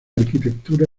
arquitectura